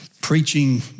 preaching